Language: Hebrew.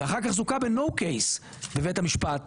ואחר כך זוכה בנו קייס בבית המשפט